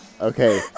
Okay